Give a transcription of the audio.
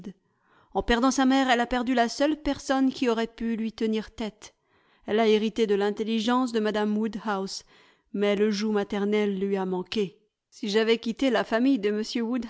en perdant sa mère elle a perdu la seule personne qui aurait pu lui tenir tête elle a hérité de l'intelligence de mme woodhouse mais le joug maternel lui a manqué si j'avais quitté la famille de